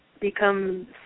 become